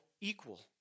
equal